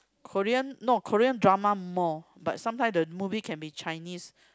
Korean no Korean drama more but sometime the movie can be Chinese